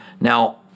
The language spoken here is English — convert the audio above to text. Now